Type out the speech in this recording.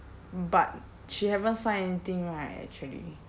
but she haven't sign anything right actually